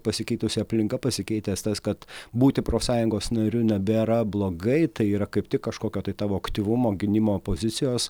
pasikeitusi aplinka pasikeitęs tas kad būti profsąjungos nariu nebėra blogai tai yra kaip tik kažkokio tai tavo aktyvumo gynimo pozicijos